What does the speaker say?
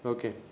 Okay